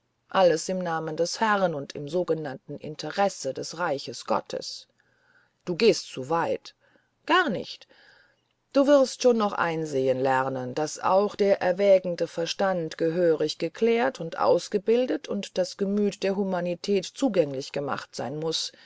alles im namen des herrn und im sogenannten interesse des reiches gottes du gehst sehr weit gar nicht du wirst schon noch einsehen lernen daß auch der erwägende verstand gehörig geklärt und ausgebildet und das gemüt der humanität zugänglich gemacht sein muß